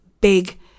big